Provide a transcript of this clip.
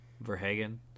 Verhagen